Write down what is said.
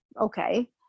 okay